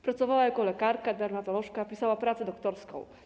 Pracowała jako lekarka, dermatolożka, pisała pracę doktorską.